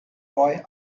boy